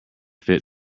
fit